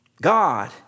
God